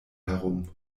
herum